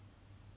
mmhmm